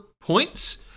points